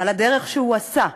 על הדרך שהוא עשה,